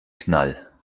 knall